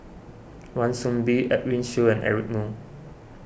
Wan Soon Bee Edwin Siew and Eric Moo